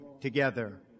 together